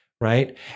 right